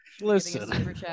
listen